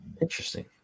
Interesting